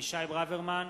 אבישי ברוורמן,